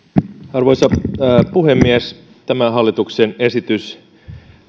arvoisa puhemies tämä hallituksen esitys